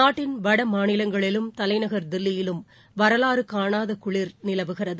நாட்டின் வடமாநிலங்களிலும் தலைநகர் தில்லியிலும் வரலாறு காணாத குளிர் நிலவுகிறது